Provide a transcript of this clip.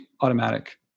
automatic